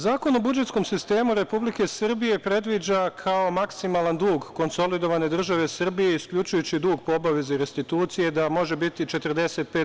Zakon o budžetskom sistemu Republike Srbije predviđa kao maksimalan dug konsolidovane države Srbije isključujući dug po obavezi restitucije, da može biti 45%